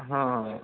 हाँ